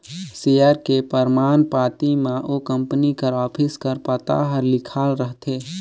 share के परमान पाती म ओ कंपनी कर ऑफिस कर पता हर लिखाल रहथे